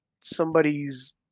somebody's